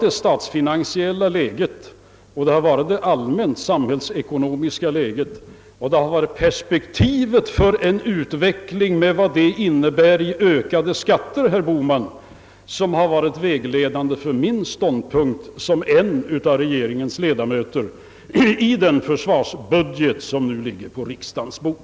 Det statsfinansiella läget, det allmänt samhällsekonomiska läget och perspektivet av en utveckling som innebär ökade skatter, herr Bohman, har varit vägledande för min ståndpunkt som en av regeringens ledamöter i den försvarsbudget som nu ligger på riksdagens bord.